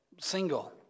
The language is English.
single